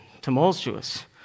tumultuous